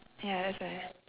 ya that's why